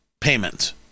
payment